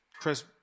Chris